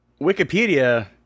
wikipedia